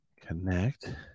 Connect